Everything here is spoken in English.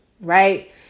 right